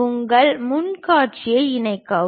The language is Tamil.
உங்கள் முன் காட்சியை இணைக்கவும்